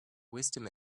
wisdom